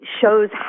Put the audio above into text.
shows